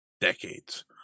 decades